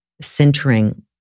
centering